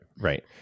Right